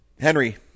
Henry